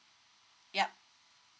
yup